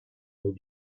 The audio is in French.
nous